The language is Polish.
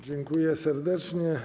Dziękuję serdecznie.